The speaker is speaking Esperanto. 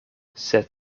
sed